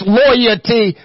loyalty